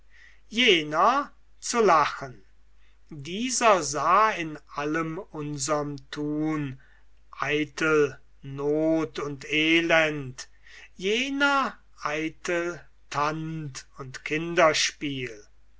jener zu lachen dieser sah in allem unserm tun eitel not und elend jener eitel tand und kinderspiel